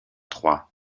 troie